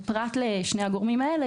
ופרט לשני הגורמים האלה,